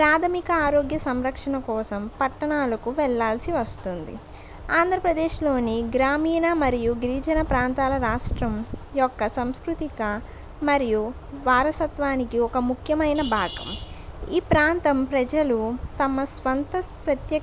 ప్రాధమిక ఆరోగ్య సంరక్షణ కోసం పట్టణాలకు వెళ్ళాల్సి వస్తుంది ఆంధ్రప్రదేశ్లోని గ్రామీణ మరియు గిరిజన ప్రాంతాల రాష్ట్రం యొక్క సాంస్కృతిక మరియు వారసత్వానికి ఒక ముఖ్యమైన భాగం ఈ ప్రాంతం ప్రజలు తమ సొంత ప్రత్